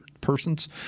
persons